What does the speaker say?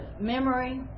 memory